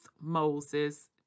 Moses